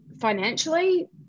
financially